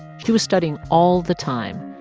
she was studying all the time,